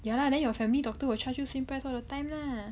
ya lah then your family doctor will charge you same price all the time lah